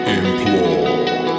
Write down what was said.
implore